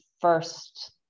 first